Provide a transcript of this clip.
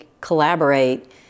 collaborate